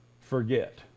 forget